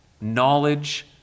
Knowledge